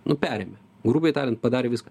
nu perėmė grubiai tariant padarė viską